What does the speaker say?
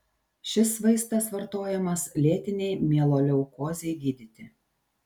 šis vaistas vartojamas lėtinei mieloleukozei gydyti